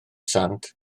sant